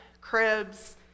cribs